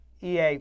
EA